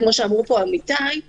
כמו שאמרו פה עמיתיי,